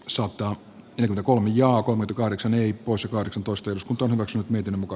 saattaa käydä kun jaakon kahdeksan yip usa kahdeksantoista to myös miten muka